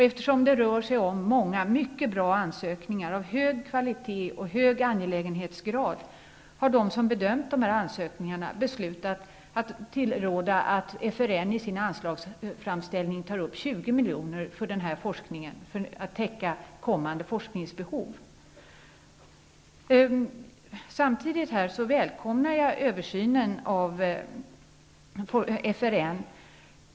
Eftersom det rör sig om många mycket bra ansökningar av hög kvalitet och hög angelägenhetsgrad, har de som bedömt dessa ansökningar beslutat att tillråda att FRN i sin anslagsframställning tar upp 20 milj.kr. för denna forskning för att täcka kommande forskningsbehov. Jag välkomnar samtidigt översynen av FRN.